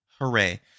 hooray